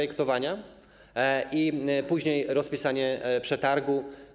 I później - rozpisanie przetargu.